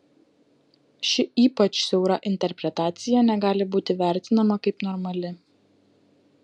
ši ypač siaura interpretacija negali būti vertinama kaip normali